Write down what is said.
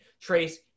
Trace